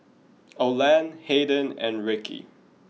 Oland Haden and Rickie